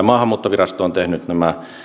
maahanmuuttovirasto on tehnyt nämä